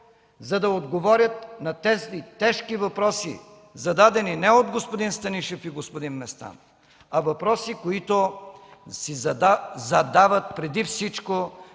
за да отговорят на тези тежки въпроси, зададени не от господин Станишев и господин Местан, а въпроси, които си задават преди всичко